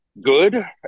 good